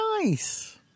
Nice